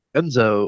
Enzo